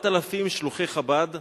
שאילתא מס' 1834: בתי-חב"ד בעולם.